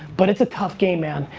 but it's a tough game, man.